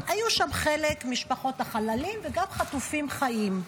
והיו שם משפחות חללים וגם משפחות חטופים חיים.